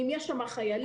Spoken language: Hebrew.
אם יש שם חיילים,